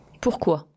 Pourquoi